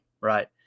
right